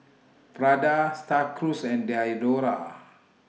Prada STAR Cruise and Diadora